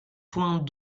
points